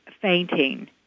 fainting